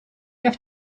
have